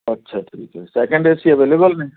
ਅੱਛਾ ਠੀਕ ਹੈ ਸੈਕਿੰਡ ਏ ਸੀ ਅਵੇਲੇਵਲ ਨੇ